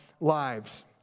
lives